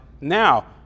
now